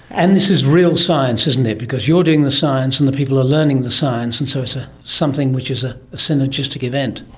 and this is real science, isn't it, because you are doing the science and the people are learning the science and so it's ah something which is a synergistic event.